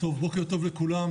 בוקר טוב לכולם,